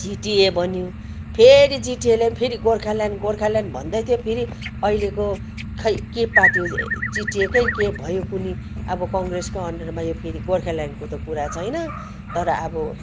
जिटिए बन्यो फेरि जिटिएले पनि फेरि गोर्खाल्यान्ड गोर्खाल्यान्ड भन्दैथ्यो फेरि अहिलेको खोइ के पार्टी हो जिटिएकै के भयो कोनी अब कङ्रेसकै अन्डरमा आयो फेरि गोर्खाल्यान्डको त कुरा छैन तर अब